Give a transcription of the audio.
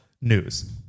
news